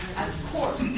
at course